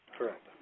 Correct